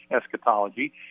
eschatology